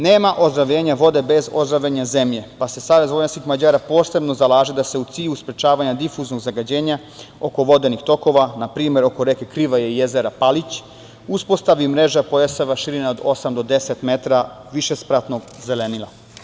Nema ozdravljenja vode bez ozdravljenja zemlje, pa se SVM posebno zalaže da se u cilju sprečavanja difuznog zagađenja oko vodenih tokova, na primer oko reke Krivaje i jezera Palić, uspostavi mreža pojaseva koja se širi na osam do deset metara višespratnog zelenila.